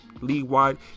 league-wide